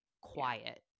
quiet